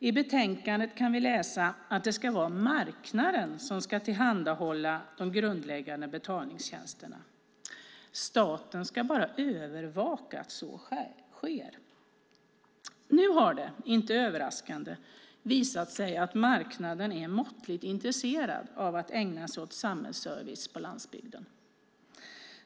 I betänkandet kan vi läsa att det ska vara marknaden som ska tillhandahålla de grundläggande betaltjänsterna. Staten ska bara övervaka att så sker. Nu har det, inte överraskande, visat sig att marknaden är måttligt intresserad av att ägna sig åt samhällsservice på landsbygden.